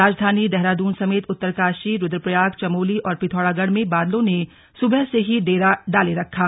राजधानी देहरादून समेत उत्तरकाशी रुद्वप्रयाग चमोली और पिथौरागढ़ में बादलों ने सुबह से ही डेरा डाले रखा